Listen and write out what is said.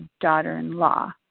daughter-in-law